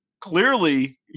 clearly